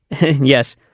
Yes